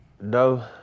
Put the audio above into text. No